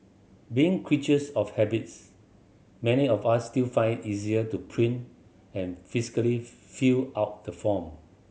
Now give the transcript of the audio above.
being creatures of habits many of us still find it easier to print and physically fill out the form